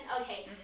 Okay